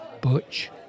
Butch